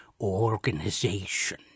organization